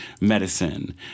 medicine